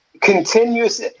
continuous